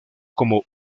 como